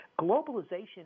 globalization